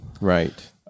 Right